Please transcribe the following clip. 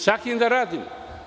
Sa kim da radimo?